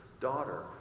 daughter